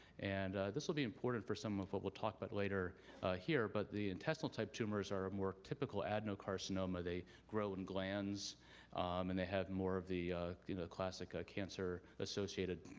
and this will be important for some of what we'll talk about but later here. but the intestinal type tumors are more typical adenocarcinoma. they grow in glands and they have more of the you know classic ah cancer associated,